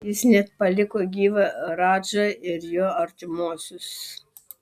jis net paliko gyvą radžą ir jo artimuosius